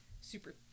super